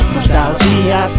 Nostalgia